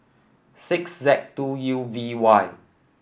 six Z two U V Y